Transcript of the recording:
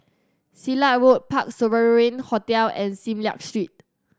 Silat Road Parc Sovereign Hotel and Sim Liak Street